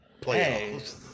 playoffs